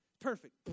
perfect